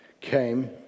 came